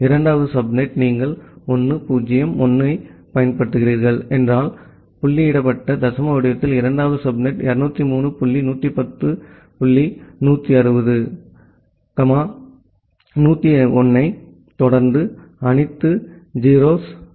2 வது சப்நெட் நீங்கள் 1 0 1 ஐப் பயன்படுத்துகிறீர்கள் என்றால் புள்ளியிடப்பட்ட தசம வடிவத்தில் இரண்டாவது சப்நெட் 203 புள்ளி 110 புள்ளி 160 1 0 1 ஐத் தொடர்ந்து அனைத்து 0s 0 குறைப்பு 19